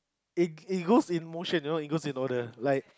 it it goes in motion you know it goes in order like